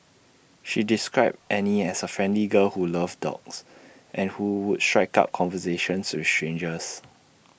she described Annie as A friendly girl who loved dogs and who would strike up conversations with strangers